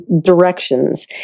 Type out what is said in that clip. directions